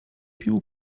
cpu